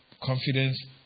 confidence